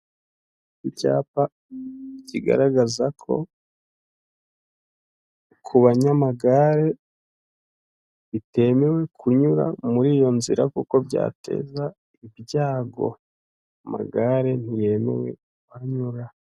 Icyapa kigaragaza ko ku banyamagare bitemewe kunyura muri iyo nzira kuko byateza ibyago. Amagare ntiyemewe kuhanyura.